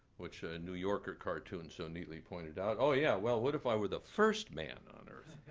which a new yorker cartoon so neatly pointed out. oh yeah, well, what if i were the first man on earth?